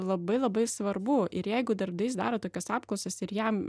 labai labai svarbu ir jeigu darbdavys daro tokias apklausas ir jam